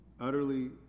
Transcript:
Utterly